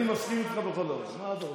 אני מסכים איתך בכל דבר, מה אתה רוצה?